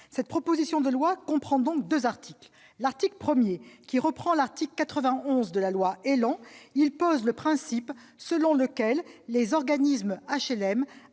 La proposition de loi comprend deux articles. L'article 1, qui reprend l'article 91 de la loi ÉLAN, pose le principe selon lequel les organismes d'HLM